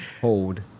Hold